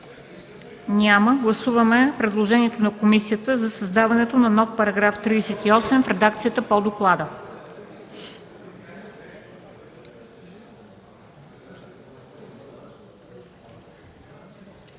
Няма. Гласуваме предложението на комисията за създаване на § 80а в редакцията по доклада.